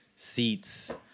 seats